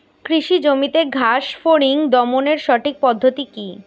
কৃষি জমিতে ঘাস ফরিঙ দমনের সঠিক পদ্ধতি কি?